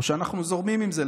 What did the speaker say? או שאנחנו זורמים עם זה.